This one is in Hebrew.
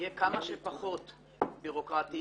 יהיה כמה שפחות בירוקרטי